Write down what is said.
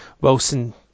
Wilson